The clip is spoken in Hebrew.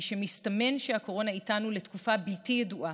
משמסתמן שהקורונה איתנו לתקופה בלתי ידועה,